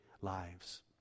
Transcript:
lives